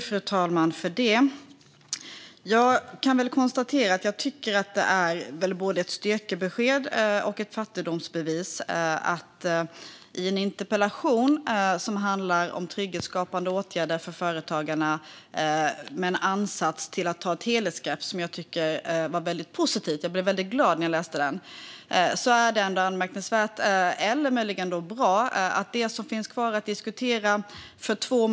Fru talman! Jag tycker att det är både ett styrkebesked och ett fattigdomsbevis att i en debatt om en interpellation om trygghetsskapande åtgärder för företagarna, med en ansats till ett helhetsgrepp som var väldigt positiv - jag blev väldigt glad när jag läste interpellationen - är det för två moderater vargen som finns kvar att diskutera.